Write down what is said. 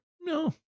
No